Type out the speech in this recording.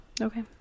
Okay